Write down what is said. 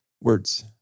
Words